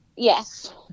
yes